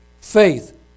faith